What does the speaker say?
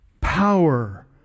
Power